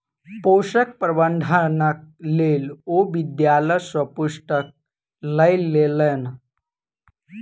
पोषक प्रबंधनक लेल ओ विद्यालय सॅ पुस्तक लय लेलैन